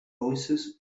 voices